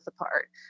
apart